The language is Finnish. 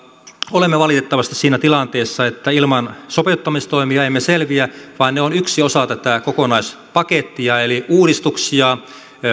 olemme valitettavasti siinä tilanteessa että ilman sopeuttamistoimia emme selviä vaan ne ovat yksi osa tätä kokonaispakettia eli uudistuksia